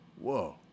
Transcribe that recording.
Whoa